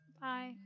Bye